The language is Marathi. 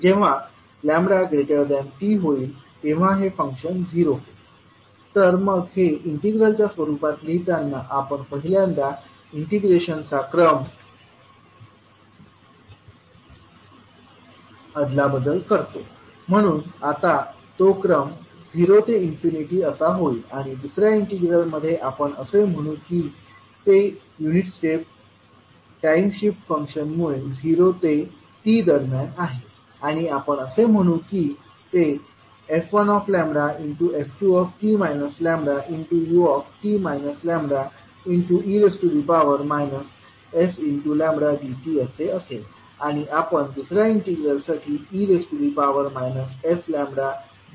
जेव्हा λt होईल तेव्हा हे फंक्शन झिरो होईल तर मग हे इंटिग्रलच्या रूपात लिहितांना आपण पहिल्यांदा इंटिग्रेशनचा क्रम आदलाबदल करतो म्हणून आता तो क्रम झिरो ते इन्फिनिटी असा होईल आणि दुसर्या इंटिग्रलमध्येआपण असे म्हणू की ते युनिट स्टेप टाईम शिफ्ट फंक्शनमुळे झिरो ते t दरम्यान आहे आणि आपण असे म्हणू की ते f1λ f2t λut λ e sλdt असे असेल आणि आपण दुसऱ्या इंटिग्रलसाठी e sλdλ बाहेर काढू